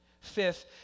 Fifth